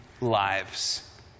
lives